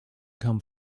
come